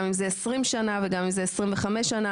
גם אם אלה 20 שנים או 25 שנים.